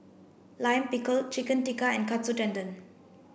Lime Pickle Chicken Tikka and Katsu Tendon